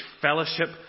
fellowship